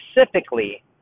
specifically